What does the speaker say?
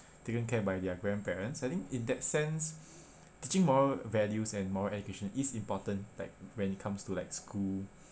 taken care by their grandparents I think in that sense teaching moral values and moral education is important like when it comes to like school